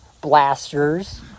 blasters